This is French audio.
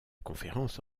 conférence